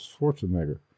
Schwarzenegger